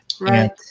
Right